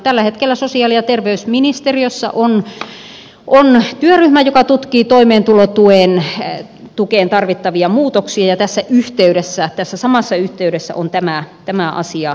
tällä hetkellä sosiaali ja terveysministeriössä on työryhmä joka tutkii toimeentulotukeen tarvittavia muutoksia ja tässä samassa yhteydessä on tämä asia selvitettävänä